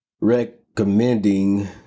recommending